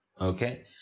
okay